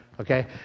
Okay